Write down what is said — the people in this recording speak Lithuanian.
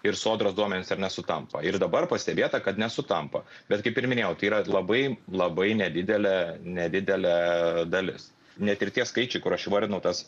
ir sodros duomenys ar nesutampa ir dabar pastebėta kad nesutampa bet kaip ir minėjau tai yra labai labai nedidelė nedidelė dalis net ir tie skaičiai kur aš įvardinau tas